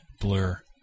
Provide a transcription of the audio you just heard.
blur